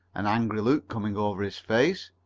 an angry look coming over his face.